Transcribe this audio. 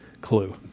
clue